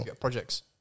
projects